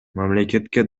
мамлекетке